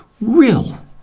real